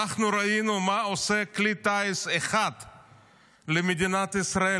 אנחנו ראינו מה עושה כלי טיס אחד למדינת ישראל,